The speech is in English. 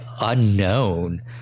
unknown